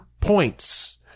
points